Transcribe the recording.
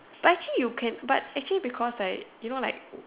but actually you can but actually because right you know like